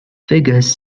figures